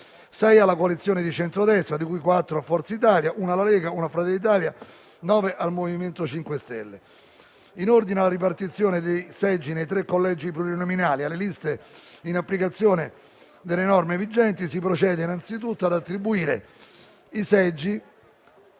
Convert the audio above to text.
alla coalizione di centrodestra, di cui quattro a Forza Italia, uno alla Lega e uno a Fratelli d'Italia; nove al MoVimento 5 Stelle. In ordine alla ripartizione dei seggi nei tre collegi plurinominali alle liste, in applicazione delle norme vigenti, si procede innanzi tutto ad attribuire i seggi